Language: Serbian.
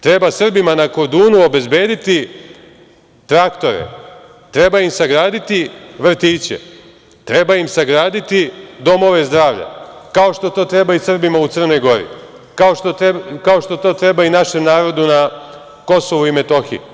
Treba Srbima na Kordunu obezbediti traktore, treba im sagraditi vrtiće, treba im sagraditi domove zdravlja, kao što to treba i Srbima u Crnoj Gori, kao što treba i našem narodu na Kosovu i Metohiji.